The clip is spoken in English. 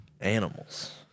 animals